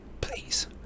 please